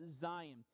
Zion